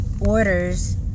orders